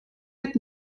mit